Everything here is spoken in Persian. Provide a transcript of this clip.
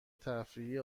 تفریحی